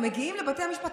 הם מגיעים לבתי המשפט,